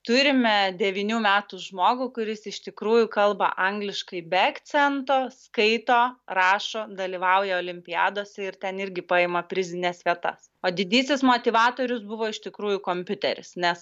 turime devynių metų žmogų kuris iš tikrųjų kalba angliškai be akcento skaito rašo dalyvauja olimpiadose ir ten irgi paima prizines vietas o didysis motyvatorius buvo iš tikrųjų kompiuteris nes